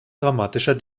dramatischer